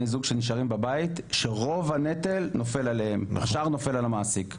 זוג שנשארים בבית שרוב הנטל נופל עליהם והשאר נופל על המעסיק.